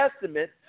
Testament